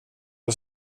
och